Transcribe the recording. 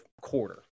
quarter